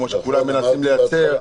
כמו שכולם מנסים לייצר.